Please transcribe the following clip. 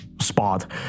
spot